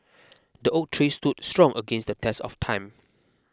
the oak tree stood strong against the test of time